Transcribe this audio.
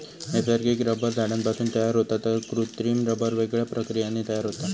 नैसर्गिक रबर झाडांपासून तयार होता तर कृत्रिम रबर वेगवेगळ्या प्रक्रियांनी तयार होता